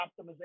optimization